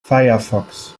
firefox